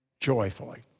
joyfully